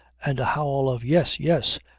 and a howl of yes, yes,